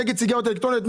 נגד סיגריות אלקטרוניות,